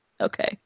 Okay